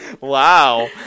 Wow